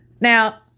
Now